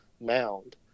mound